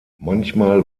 manchmal